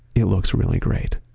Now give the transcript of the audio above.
it looks really great.